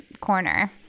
corner